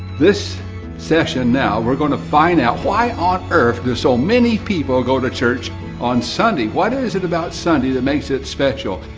this session now, we're going to find out, why on earth do so many people go to church on sunday? what is it about sunday, that makes it special?